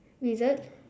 wizard